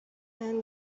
and